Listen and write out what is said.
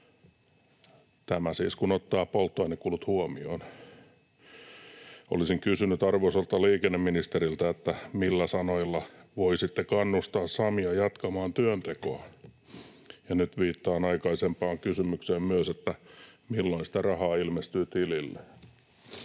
tämä siis, kun ottaa polttoainekulut huomioon. Olisin kysynyt arvoisalta liikenneministeriltä, millä sanoilla voisitte kannustaa Samia jatkamaan työntekoaan — ja nyt viittaan myös aikaisempaan kysymykseen siitä, milloin sitä rahaa ilmestyy tilille.